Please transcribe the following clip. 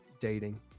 dating